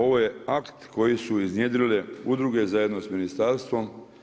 Ovo je akt koje su iznjedrile udruge zajedno s ministarstvom.